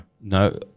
No